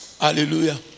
Hallelujah